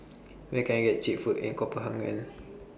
Where Can I get Cheap Food in Copenhagen